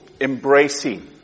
embracing